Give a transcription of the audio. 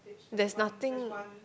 there's nothing